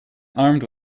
armed